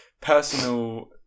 personal